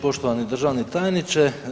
Poštovani državni tajniče.